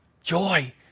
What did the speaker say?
Joy